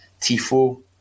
Tifo